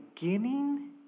beginning